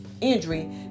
injury